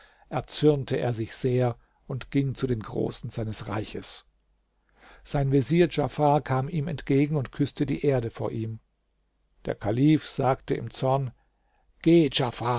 erzürnte er sich sehr und ging zu den großen seines reiches sein vezier djafar kam ihm entgegen und küßte die erde vor ihm der kalif sagte im zorn